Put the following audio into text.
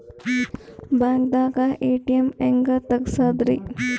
ಬ್ಯಾಂಕ್ದಾಗ ಎ.ಟಿ.ಎಂ ಹೆಂಗ್ ತಗಸದ್ರಿ?